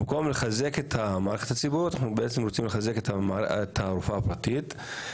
במקום לחזק את המערכת הציבורית אנחנו בעצם רוצים לחזק את הרפואה הפרטית.